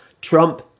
trump